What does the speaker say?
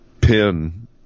pin